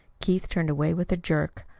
keith turned away with a jerk,